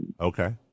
Okay